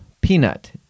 peanut